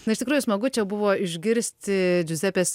na iš tikrųjų smagu čia buvo išgirsti džiuzepės